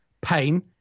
Pain